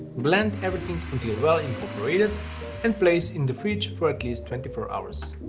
blend everything until well incorporated and place in the fridge for at least twenty four hours.